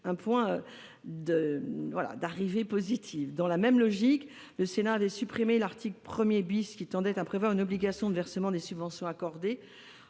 un point d'équilibre. Dans la même logique, le Sénat avait supprimé l'article 1 , qui prévoyait une obligation de versement des subventions accordées